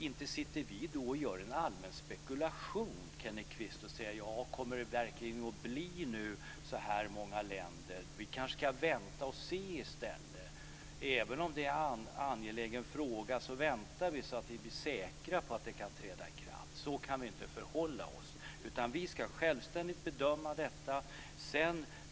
Inte sitter vi då och gör en allmän spekulation, Kenneth Kvist, och säger: Kommer det verkligen att bli så här många länder? Vi kanske ska vänta och se i stället. Även om det är en angelägen fråga, väntar vi så att vi blir säkra på att det kan träda i kraft. Så kan vi inte förhålla oss, utan vi ska självständigt göra en bedömning.